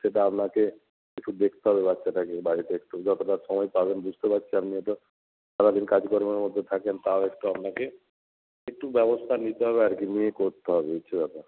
সেটা আপনাকে একটু দেখতে হবে বাচ্চাটাকে বাড়িতে একটু যতোটা সময় পাবেন বুঝতে পারছি আপনিও তো সারা দিন কাজকর্মের মধ্যে থাকেন তাও একটু আপনাকে একটু ব্যবস্থা নিতে হবে আর কি নিয়ে করতে হবে এই হচ্ছে ব্যাপার